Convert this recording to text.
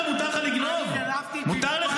כשאתה שכבת מתחת לפוך -- אדרבא,